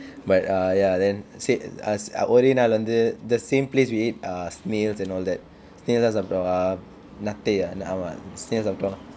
but uh yeah then said ஒரே நாள் வந்து:ore naal vanthu the same place we ate err snails and all that snails எல்லாம் சாப்பிட்டோம் நத்தையா:ellaam sappittom nathaiyaa ah ஆமாம்:aamaam snails சாப்பிட்டோம்:sappitoam